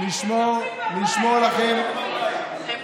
לשמור לכם, איזה צופים בבית?